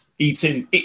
eating